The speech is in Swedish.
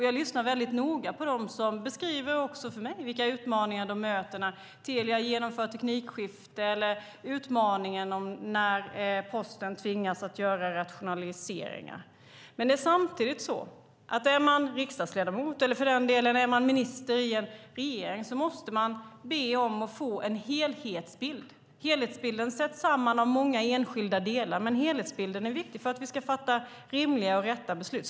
Jag lyssnar noga på dem som beskriver också för mig vilka utmaningar de möter när Telia genomför teknikskifte eller när Posten tvingas göra rationaliseringar. Samtidigt måste den som är riksdagsledamot, eller för den delen är minister i en regering, be att få en helhetsbild. Helhetsbilden sätts samman av många enskilda delar, men helhetsbilden är viktig för att vi ska fatta rimliga och riktiga beslut.